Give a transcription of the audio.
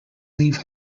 leave